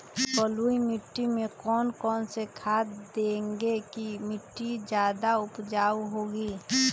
बलुई मिट्टी में कौन कौन से खाद देगें की मिट्टी ज्यादा उपजाऊ होगी?